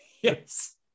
yes